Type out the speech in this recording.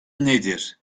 nedir